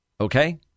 okay